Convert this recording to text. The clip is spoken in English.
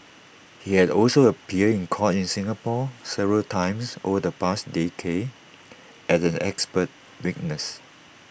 he had also appeared in court in Singapore several times over the past decade as an expert witness